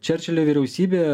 čerčilio vyriausybė